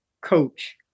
coach